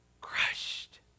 crushed